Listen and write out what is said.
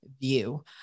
view